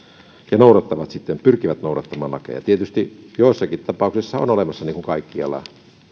ja pyrkivät noudattamaan lakeja tietysti joissakin tapauksissa on olemassa niin kuin kaikkialla